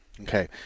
Okay